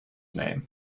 name